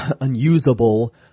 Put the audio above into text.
unusable